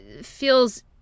feels